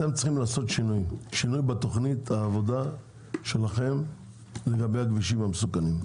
אתם צריכים לעשות שינוי בתוכנית העבודה שלכם לגבי הכבישים המסוכנים,